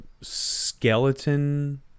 skeleton